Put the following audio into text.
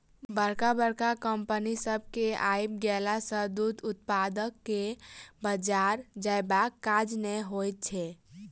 बड़का बड़का कम्पनी सभ के आइब गेला सॅ दूध उत्पादक के बाजार जयबाक काज नै होइत छै